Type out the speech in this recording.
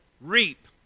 reap